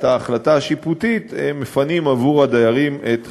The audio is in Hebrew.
ההחלטה השיפוטית מפנים עבור הדיירים את חפציהם.